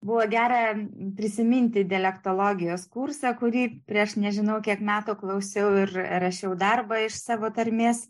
buvo gera prisiminti dialektologijos kursą kurį prieš nežinau kiek metų klausiau ir rašiau darbą iš savo tarmės